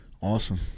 Awesome